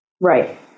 Right